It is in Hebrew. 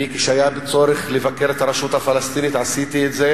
כשהיה צורך לבקר את הרשות הפלסטינית, עשיתי את זה,